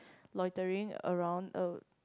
loitering around a